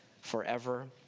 forever